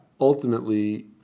ultimately